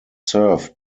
served